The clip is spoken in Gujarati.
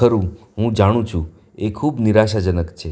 ખરું હું જાણું છું એ ખૂબ નિરાશાજનક છે